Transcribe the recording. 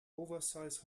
oversize